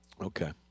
Okay